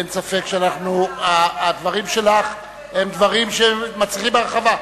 אין ספק שהדברים שלך הם דברים שמצריכים הרחבה.